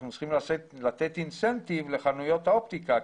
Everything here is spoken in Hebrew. אנחנו צריכים לתת אינסנטיב לחנויות האופטיקה,